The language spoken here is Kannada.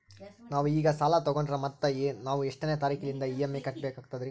ನಾವು ಈಗ ಸಾಲ ತೊಗೊಂಡ್ರ ಮತ್ತ ನಾವು ಎಷ್ಟನೆ ತಾರೀಖಿಲಿಂದ ಇ.ಎಂ.ಐ ಕಟ್ಬಕಾಗ್ತದ್ರೀ?